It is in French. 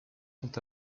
sont